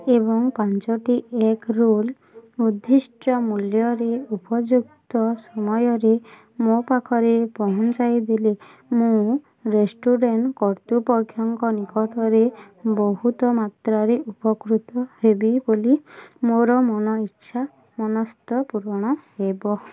ଏବଂ ପାଞ୍ଚଟି egg roll ଉଦ୍ଧିଷ୍ଟ ମୂଲ୍ୟରେ ଉପଯୁକ୍ତ ସମୟରେ ମୋ ପାଖରେ ପହଞ୍ଚାଇ ଦେଲେ ମୁଁ ରେଷ୍ଟୁରାଣ୍ଟ୍ କର୍ତ୍ତୃପକ୍ଷଙ୍କ ନିକଟରେ ବହୁତ ମାତ୍ରାରେ ଉପକୃତ ହେବି ବୋଲି ମୋର ମନଇଚ୍ଛା ମନସ୍ଥ ପୂରଣ ହେବ